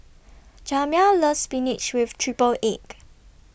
Jamya loves Spinach with Triple Egg